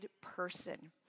person